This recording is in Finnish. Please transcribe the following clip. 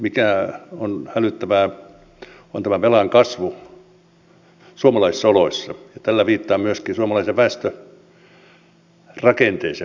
mikä on hälyttävää on tämä velan kasvu suomalaisissa oloissa ja tällä viittaan myöskin suomalaiseen väestörakenteeseemme